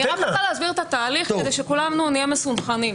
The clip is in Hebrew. אני רק רוצה להסביר את התהליך כדי שכולנו נהיה מסונכרנים.